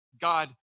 God